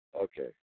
Okay